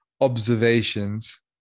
observations